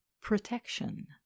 Protection